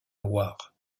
loire